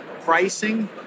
pricing